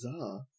Bizarre